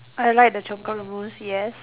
I like the chocolate mousse yes